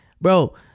bro